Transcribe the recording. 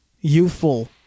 youthful